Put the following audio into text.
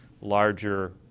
larger